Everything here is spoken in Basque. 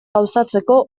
gauzatzeko